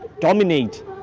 dominate